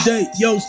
yo